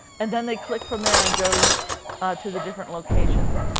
and then they click from there and go ah to the different locations.